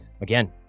again